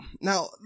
Now